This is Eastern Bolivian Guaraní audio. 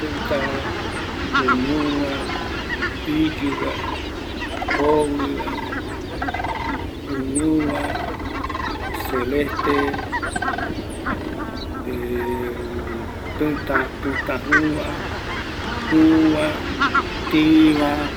Pita, Iyuva, Jovɨva, joguiuva, celeste, ˂hesitation˃ Pɨta Juu va, juuva, Tïiva